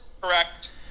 Correct